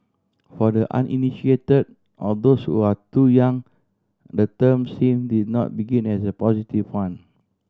for the uninitiated or those who are too young the term seem did not begin as a positive one